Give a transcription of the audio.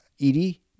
Edie